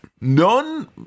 none